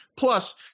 Plus